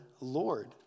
Lord